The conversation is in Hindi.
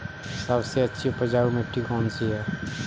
सबसे अच्छी उपजाऊ मिट्टी कौन सी है?